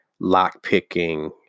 lockpicking